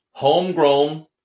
Homegrown